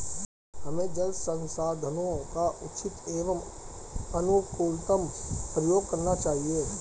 हमें जल संसाधनों का उचित एवं अनुकूलतम प्रयोग करना चाहिए